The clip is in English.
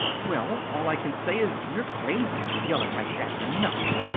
well, all i can say is you're crazy, yelling like that, for nothing.